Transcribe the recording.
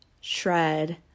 shred